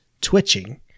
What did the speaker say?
twitching